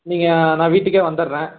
நீங்கள் நான் வீட்டுக்கே வந்தடுறேன்